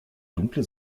dunkle